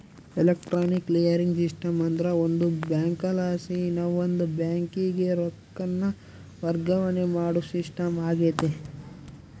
electronic clearing system ಅಂದ್ರ ಒಂದು ಬ್ಯಾಂಕಲಾಸಿ ಇನವಂದ್ ಬ್ಯಾಂಕಿಗೆ ರೊಕ್ಕಾನ ವರ್ಗಾವಣೆ ಮಾಡೋ ಸಿಸ್ಟಮ್ ಆಗೆತೆ